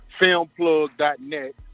filmplug.net